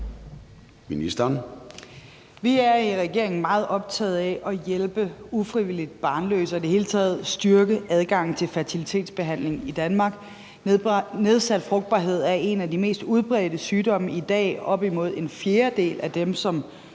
Løhde): Vi er i regeringen meget optagede af at hjælpe ufrivilligt barnløse og i det hele taget at styrke adgangen til fertilitetsbehandling i Danmark. Nedsat frugtbarhed er en af de mest udbredte sygdomme i dag. Op imod en fjerdedel af dem, som